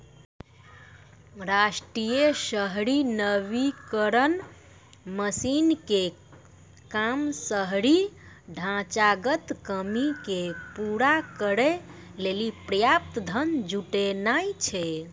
राष्ट्रीय शहरी नवीकरण मिशन के काम शहरी ढांचागत कमी के पूरा करै लेली पर्याप्त धन जुटानाय छै